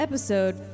Episode